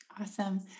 Awesome